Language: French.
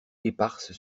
éparses